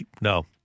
no